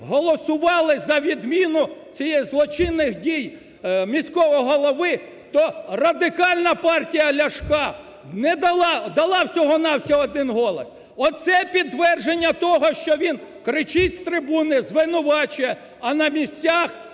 голосували за відміну цих злочинних дій міського голови, то Радикальна партія Ляшка не дала… дала всього-на-всього один голос. Оце підтвердження того, що він кричить з трибуни, звинувачує, а на місцях